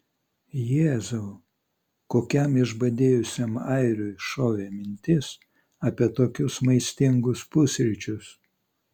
jėzau kokiam išbadėjusiam airiui šovė mintis apie tokius maistingus pusryčius